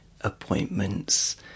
Appointments